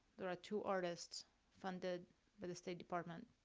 there are two artists funded by the state department,